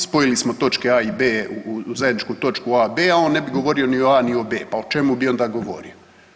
Spojili smo točke a i b u zajedničku točku ab, a on ne bi govorio ni o a ni o b. Pa o čemu bi onda govorio?